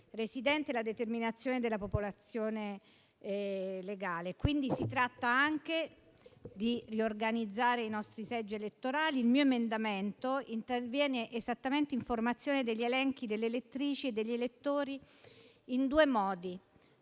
residente e la determinazione della popolazione legale. Quindi, si tratta anche di riorganizzare i nostri seggi elettorali. Il mio emendamento interviene esattamente sulla formazione degli elenchi delle elettrici e degli elettori in due modi.